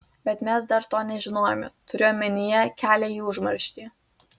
bet mes dar to nežinojome turiu omenyje kelią į užmarštį